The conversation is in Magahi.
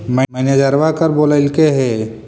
मैनेजरवा कल बोलैलके है?